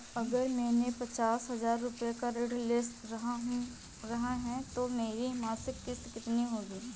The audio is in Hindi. अगर मैंने पचास हज़ार रूपये का ऋण ले रखा है तो मेरी मासिक किश्त कितनी होगी?